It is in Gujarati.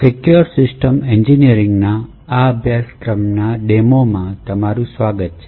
સિક્યોર સિસ્ટમ એન્જિનિયરિંગના અભ્યાસક્રમમાં આ પ્રદર્શનમાં સ્વાગત છે